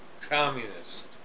communist